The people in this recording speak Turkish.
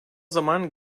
zaman